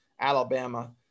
Alabama –